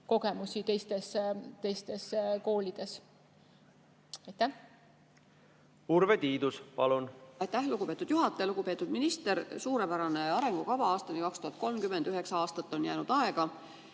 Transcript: kogemusi teistes koolides.